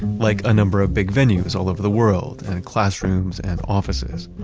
like a number of big venues all over the world and in classrooms and offices,